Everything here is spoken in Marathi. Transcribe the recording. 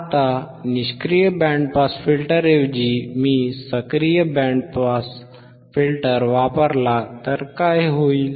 आता निष्क्रिय बँड पास फिल्टरऐवजी मी सक्रिय बँड पास फिल्टर वापरला तर काय होईल